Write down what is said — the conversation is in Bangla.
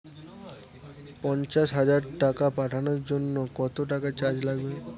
পণ্চাশ হাজার টাকা পাঠানোর জন্য কত টাকা চার্জ লাগবে?